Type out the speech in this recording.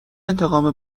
انتقام